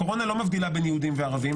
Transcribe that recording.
הקורונה לא מבדילה בין יהודים לערבים.